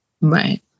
Right